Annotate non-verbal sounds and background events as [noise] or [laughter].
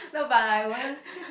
no but I wouldn't [breath]